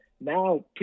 now